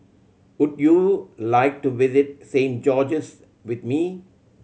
would you like to visit Saint George's with me